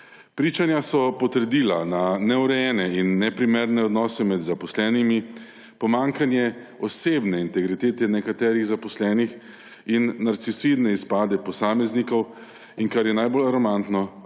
Pričanja so potrdila neurejene in neprimerne odnose med zaposlenimi, pomanjkanje osebne integritete nekaterih zaposlenih in narcisoidne izpade posameznikov in, kar je najbolj alarmantno, očitno